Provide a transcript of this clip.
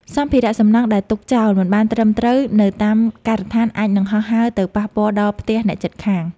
សម្ភារៈសំណង់ដែលទុកចោលមិនបានត្រឹមត្រូវនៅតាមការដ្ឋានអាចនឹងហោះហើរទៅប៉ះពាល់ដល់ផ្ទះអ្នកជិតខាង។